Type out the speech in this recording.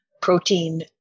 protein